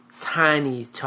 tiny